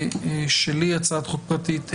הצעת חוק פרטית שלי.